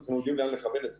יודעים לאן לכוון את זה,